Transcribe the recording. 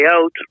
out